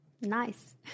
Nice